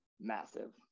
massive